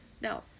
Now